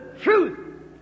truth